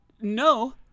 No